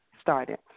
started